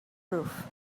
roof